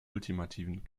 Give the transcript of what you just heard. ultimativen